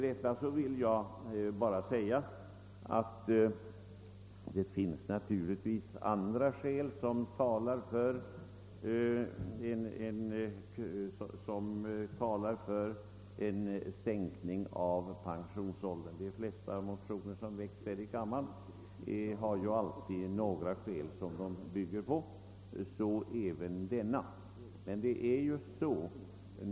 Det finns naturligtvis även skäl som talar för en sänkning av pensionsåldern — det vill jag inte förneka.